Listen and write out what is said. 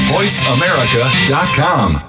VoiceAmerica.com